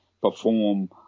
perform